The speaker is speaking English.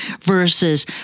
versus